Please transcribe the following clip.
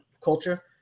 culture